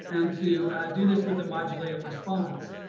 and to do this with a modulated response.